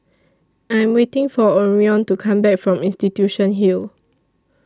I Am waiting For Orion to Come Back from Institution Hill